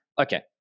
Okay